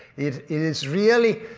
it is really.